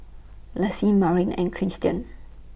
Lassie Marnie and Cristen